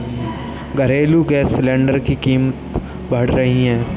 घरेलू gas cylinder की कीमतें बढ़ रही है